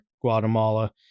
guatemala